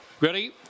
ready